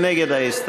מי נגד ההסתייגות?